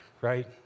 right